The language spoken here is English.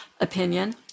opinion